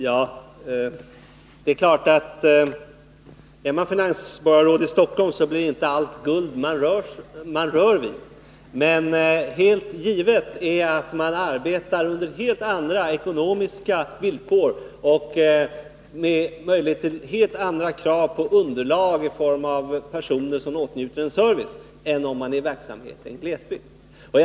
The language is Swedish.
Herr talman! Det är klart att är man finansborgarråd i Stockholm, så blir inte allt som man rör vid guld, men helt givet är att man där arbetar under helt andra ekonomiska villkor och med möjlighet till helt andra krav på underlag i form av personer som åtnjuter service än om man är verksam i en glesbygd.